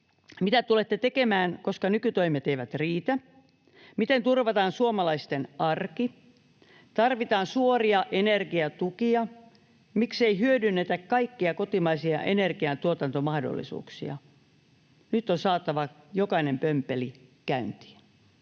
Mitä tulette tekemään, koska nykytoimet eivät riitä? Miten turvataan suomalaisten arki? Tarvitaan suoria energiatukia. Miksei hyödynnetä kaikkia kotimaisia energian tuotantomahdollisuuksia? Nyt on saatava jokainen pömpeli käyntiin.